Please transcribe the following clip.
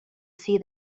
see